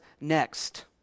next